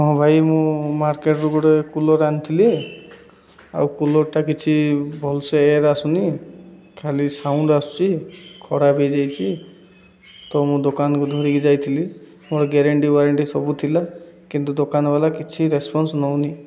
ହଁ ଭାଇ ମୁଁ ମାର୍କେଟରୁ ଗୋଟେ କୁଲର୍ ଆଣିଥିଲି ଆଉ କୁଲରଟା କିଛି ଭଲସେ ଏୟାର ଆସୁନି ଖାଲି ସାଉଣ୍ଡ ଆସୁଛି ଖରାପ ହୋଇଯାଇଛି ତ ମୁଁ ଦୋକାନକୁ ଧରିକି ଯାଇଥିଲି ମୋର ଗ୍ୟାରେଣ୍ଟି ୱାରେଣ୍ଟି ସବୁ ଥିଲା କିନ୍ତୁ ଦୋକାନବାଲା କିଛି ରେସପନ୍ସ ନେଉନି